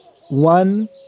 one